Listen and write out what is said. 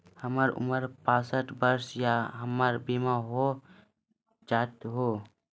हमर उम्र बासठ वर्ष या हमर बीमा हो जाता यो?